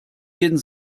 jeden